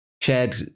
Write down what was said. shared